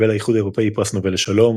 קיבל האיחוד האירופי פרס נובל לשלום